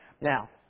Now